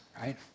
right